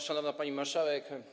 Szanowna Pani Marszałek!